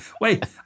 Wait